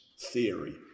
theory